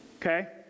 okay